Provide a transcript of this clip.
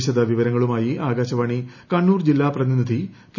വിശദവിവരങ്ങളുമായി ആകാശവാണി കണ്ണൂർ ജില്ലാ പ്രതിനിധി കെ